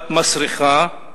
את מסריחה,